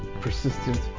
Persistent